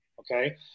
Okay